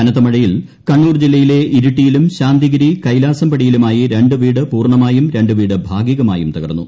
കനത്ത മഴയിൽ കണ്ണൂർ ജില്ലയിലെ ഇരിട്ടിയിലും ശാന്തിഗിരി കൈലാസം പടിയിലുമായി രണ്ട് വീട് ഷൂർണ്ണ്മായും രണ്ട് വീട് ഭാഗികമായും തകർന്നു